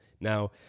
Now